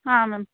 ಹಾಂ ಮ್ಯಾಮ್